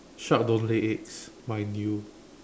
shark don't lay eggs mind you